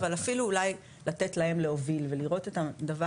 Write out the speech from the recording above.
אבל אפילו אולי לתת להם להוביל ולראות את הדבר